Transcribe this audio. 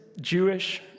Jewish